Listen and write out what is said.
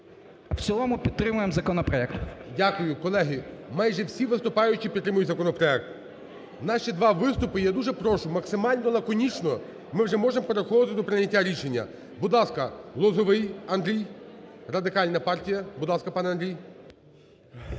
А.В. 16:41:46 ГОЛОВУЮЧИЙ. Дякую. Колеги, майже всі виступаючі підтримують законопроект. В нас ще два виступи, я дуже прошу максимально лаконічно. Ми вже можемо переходити до прийняття рішення. Будь ласка, Лозовий Андрій, Радикальна партія. Будь ласка, пане Андрій.